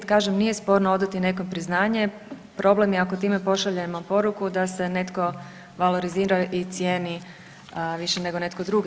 Kažem, nije sporno odati nekom priznanje, problem je ako time pošaljemo poruku da se netko valorizirao i cijeni više nego netko drugi.